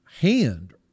hand